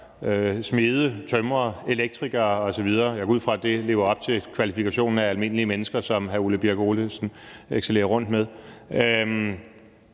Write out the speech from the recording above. smede, tømrere, elektrikere osv. Jeg går ud fra, at det lever op til definitionen på almindelige mennesker, som hr. Ole Birk Olesen excellerer i. Det